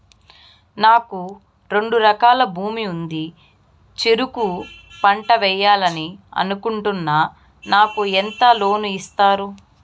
నాకు రెండు ఎకరాల భూమి ఉంది, చెరుకు పంట వేయాలని అనుకుంటున్నా, నాకు ఎంత లోను ఇస్తారు?